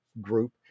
group